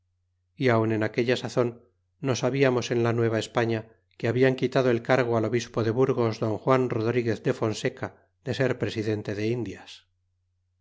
y aun en aquella sazon no sabiamos en la nueva espafia que hablan quitado el cargo al obispo de burgos don juan rodriguez de fonseca de ser presidente de indias